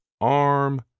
arm